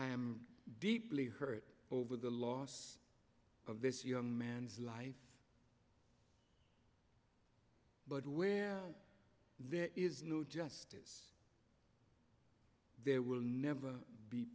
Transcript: am deeply hurt over the loss of this young man's life but where there is no justice there will never be